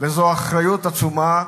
וזו אחריות עצומה,